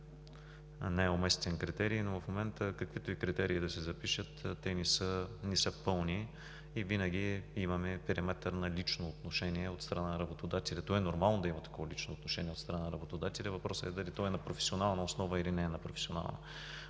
най-уместен критерий, но в момента каквито и критерии да се запишат, те не са пълни и винаги имаме периметър на лично отношение от страна на работодателя. Нормално е да има такова лично отношение от страна на работодателя, въпросът е дали то е на професионална основа, или не е на професионална